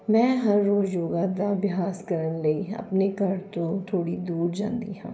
ਮੈਂ ਹਰ ਰੋਜ਼ ਯੋਗਾ ਦਾ ਅਭਿਆਸ ਕਰਨ ਲਈ ਆਪਣੇ ਘਰ ਤੋਂ ਥੋੜ੍ਹੀ ਦੂਰ ਜਾਂਦੀ ਹਾਂ